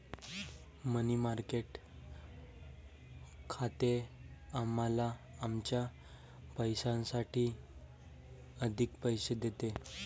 मनी market खाते आम्हाला आमच्या पैशासाठी अधिक पैसे देते